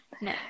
no